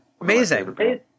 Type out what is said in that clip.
Amazing